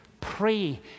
pray